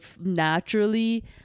naturally